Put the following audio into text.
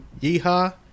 Yeehaw